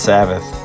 Sabbath